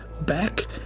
back